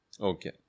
Okay